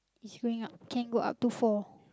is going up can go up to four